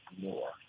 more